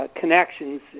connections